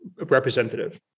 representative